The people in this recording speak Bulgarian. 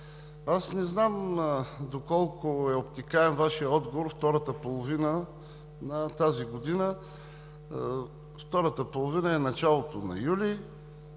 Аз не знам доколко е обтекаем Вашият отговор – втората половина на тази година. Втората половина е началото на юли,